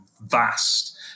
vast